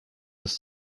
ist